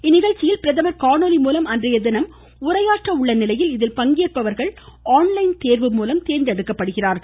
இந்நிகழ்ச்சியில் பிரதமர் காணொலி மூலம் அன்றைய தினம் உரையாற்ற உள்ள நிலையில் இதில் பங்கேற்பவர்கள் ஆன்லைன் தோ்வு மூலம் தேர்ந்தெடுக்கப்படுகிறார்கள்